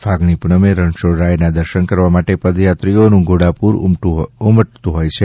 ફાગણી પુનમે રણછોડરાયના દર્શન કરવા માટે પદયાત્રીઓનું ઘોડાપુર ઉમટતું હોય છે